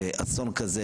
שאסון כזה,